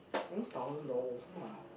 one thousand dollars !wow!